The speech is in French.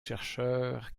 chercheurs